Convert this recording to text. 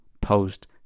post